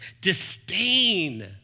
disdain